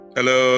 Hello